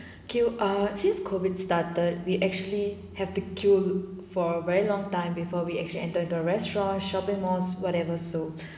queue ah since COVID started we actually have to queue for a very long time before we actually entered the restaurant shopping malls whatever so